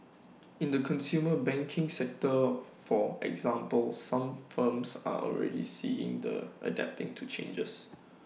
in the consumer banking sector for example some firms are already seeing and adapting to changes